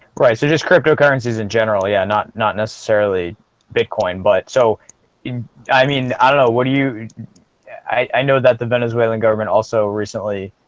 right, so just cryptocurrencies in general yeah, not not necessarily bitcoin, but so i mean, i don't know. what do you i know that the venezuelan government also recently?